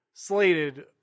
slated